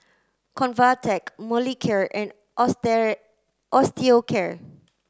Convatec Molicare and Osteocare